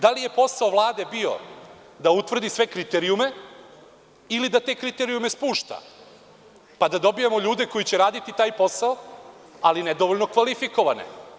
Da li je posao Vlade bio da utvrdi sve kriterijume ili da te kriterijume spušta, pa da dobijemo ljude koji će raditi taj posao, ali nedovoljno kvalifikovane?